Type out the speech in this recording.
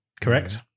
correct